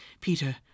Peter